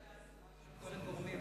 יש עליה הסכמה של כל הגורמים.